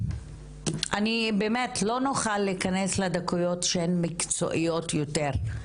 באמת שלא נוכל להיכנס לדקויות שהן מקצועיות יותר,